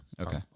Okay